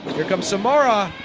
here comes samara